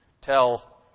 tell